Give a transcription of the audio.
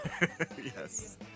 Yes